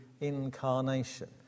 incarnation